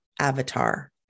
avatar